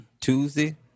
Tuesday